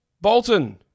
Bolton